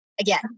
again